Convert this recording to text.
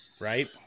right